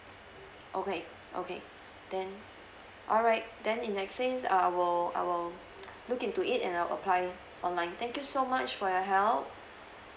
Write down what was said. okay okay then alright then in that since I will I will look into it and I'll apply online thank you so much for your help